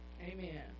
Amen